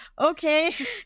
okay